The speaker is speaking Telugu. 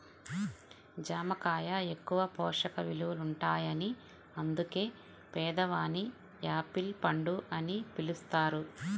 జామ కాయ ఎక్కువ పోషక విలువలుంటాయని అందుకే పేదవాని యాపిల్ పండు అని పిలుస్తారు